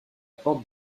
porte